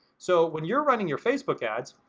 so when you're running your facebook ads,